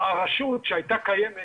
הרשות שהייתה קיימת